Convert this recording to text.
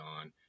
on